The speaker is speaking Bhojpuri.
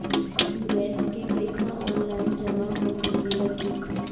गैस के पइसा ऑनलाइन जमा हो सकेला की?